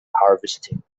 harvesting